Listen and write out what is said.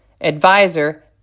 advisor